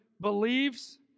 believes